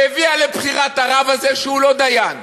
והביאה לבחירת הרב הזה, שהוא לא דיין,